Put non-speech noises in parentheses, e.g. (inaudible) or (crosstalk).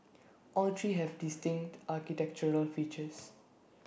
all three have distinct architectural features (noise)